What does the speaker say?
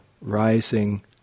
rising